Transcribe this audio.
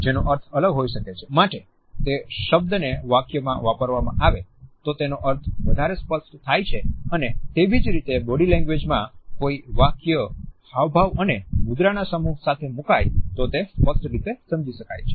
માટે તે શબ્દ ને વાક્ય માં વાપરવામાં આવે તો તેનો અર્થ વધારે સ્પષ્ટ થાય છે અને તેવીજ રીતે બોડી લેંગ્વેજ માં કોઈ વાક્ય હાવભાવ અને મુદ્રા ના સમૂહને સાથે મુકાય તો તેને સ્પષ્ટ રીતે સમજી શકાય છે